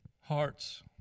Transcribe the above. hearts